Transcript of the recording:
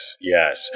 yes